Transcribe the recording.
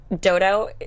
Dodo